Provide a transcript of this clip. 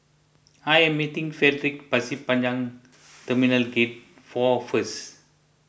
I am meeting Fredrick Pasir Panjang Terminal Gate four first